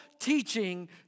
teaching